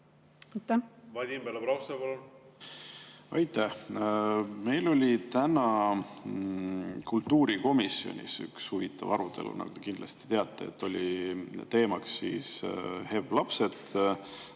Aitäh! Meil oli täna kultuurikomisjonis üks huvitav arutelu, nagu te kindlasti teate. Teemaks olid HEV‑lapsed